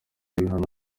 ibihano